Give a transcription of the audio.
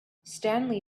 stanley